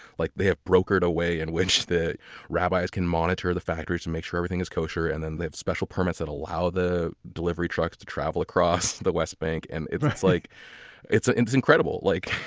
like they have brokered away in which the rabbis can monitor the factory to make sure everything is kosher and and they have special permits that allow the delivery trucks to travel across the west bank. and it's like it's ah incredible like